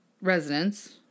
residents